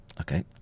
Okay